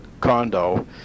condo